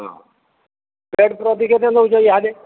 ହଁ ରେଟ୍ ଅଧିକ କେତେ ନେଉଛ ଇଆଡ଼େ